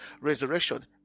resurrection